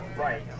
Right